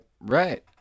right